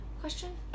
question